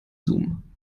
zoom